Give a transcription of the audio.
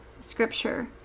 scripture